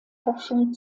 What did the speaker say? forschung